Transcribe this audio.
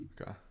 Okay